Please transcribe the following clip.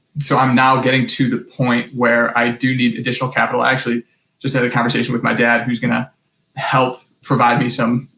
so, i'm now getting to the point where i do need additional capital, i actually just had a conversation with my dad, who's gonna help provide me some,